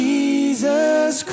Jesus